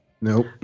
Nope